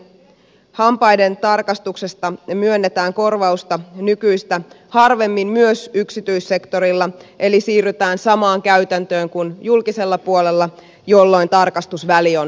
hampaiden tarkastuksesta myönnetään korvausta nykyistä harvemmin myös yksityissektorilla eli siirrytään samaan käytäntöön kuin julkisella puolella jolloin tarkastusväli on kaksi vuotta